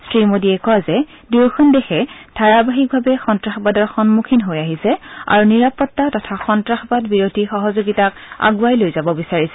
শ্ৰী মোদীয়ে কয় যে দূয়োখন দেশে ধাৰাবাহিকভাৱে সন্তাসবাদৰ সন্মুখীন হৈ আহিছে আৰু নিৰাপত্তা তথা সন্তাসবাদ বিৰোধী সহযোগিতা আগুৱাই লৈ যাব বিচাৰিছে